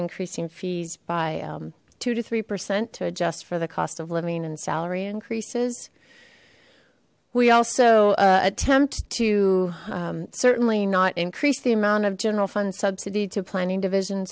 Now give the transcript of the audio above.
increasing fees by two to three percent to adjust for the cost of living and salary increases we also attempt to certainly not increase the amount of general fund subsidy to planning division